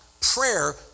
prayer